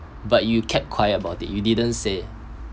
but you kept quiet about it you didn't say